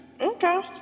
okay